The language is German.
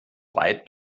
weit